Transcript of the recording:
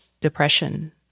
depression